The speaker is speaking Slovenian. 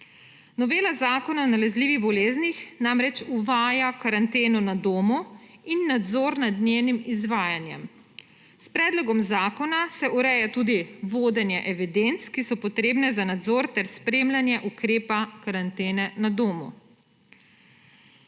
Novela Zakona o nalezljivih boleznih namreč uvaja karanteno na domu in nadzor nad njenim izvajanjem. S predlogom zakona se ureja tudi vodenje evidenc, ki so potrebne za nadzor ter spremljanje ukrepa karantene na domu.